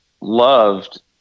loved